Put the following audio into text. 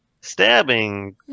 stabbing